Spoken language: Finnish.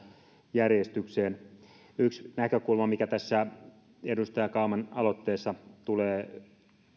järjestykseen yksi näkökulma mikä tässä edustaja kauman aloitteessa tulee